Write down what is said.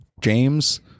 James